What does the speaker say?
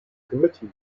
committee